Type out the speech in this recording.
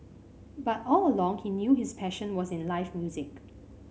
but all along he knew his passion was in live music